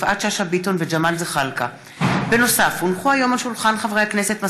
יפעת שאשא ביטון וג'מאל זחאלקה בנושא: החזרת הבגרויות לתלמידי כיתות י'.